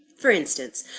for instance,